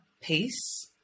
peace